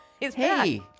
Hey